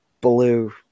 blue